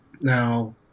Now